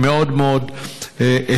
אני מאוד מאוד אשמח.